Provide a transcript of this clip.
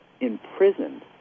imprisoned